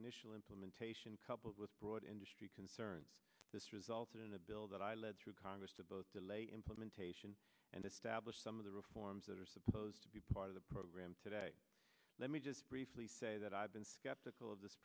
initial implementation coupled with broad industry concerns this resulted in a bill that i led through congress to both delay implementation and establish some of the reforms that are supposed to be part of the program today let me just briefly say that i've been skeptical of this